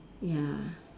ya